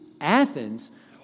Athens